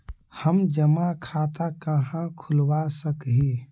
हम जमा खाता कहाँ खुलवा सक ही?